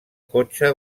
cotxe